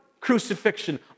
crucifixion